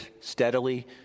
steadily